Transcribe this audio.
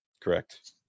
Correct